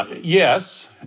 yes